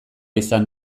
izan